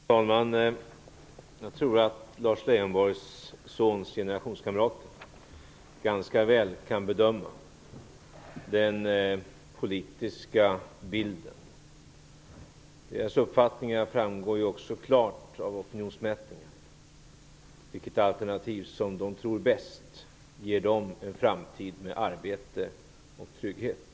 Herr talman! Jag tror att generationskamraterna till Lars Leijonborgs son ganska väl kan bedöma den politiska bilden. Deras uppfattningar framgår ju också klart av opinionsmätningarna. Det framgår vilket alternativ som de tror ger dem en framtid med arbete och trygghet.